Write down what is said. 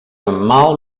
mal